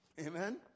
Amen